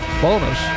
bonus